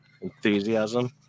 enthusiasm